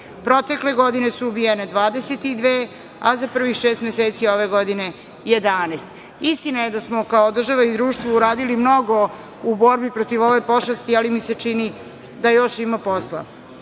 Protekle godine su ubijene 22, a za prvih šest meseci ove godine 11. Istina je da smo kao država i društvo uradili mnogo u borbi protiv ove pošasti, ali mi se čini da još ima posla.